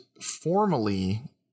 formally